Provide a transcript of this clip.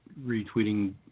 retweeting